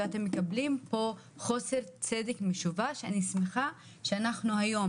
ואתם מקבלים פה חוסר צדק משווע שאני שמחה שהיום אנחנו,